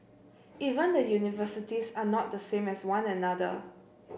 even the universities are not the same as one another